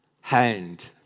hand